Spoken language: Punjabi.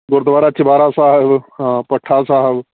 ਗੁਰਦੁਆਰਾ ਚੁਬਾਰਾ ਸਾਹਿਬ ਹਾਂ ਭੱਠਾ ਸਾਹਿਬ